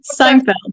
Seinfeld